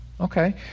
Okay